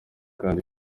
kandi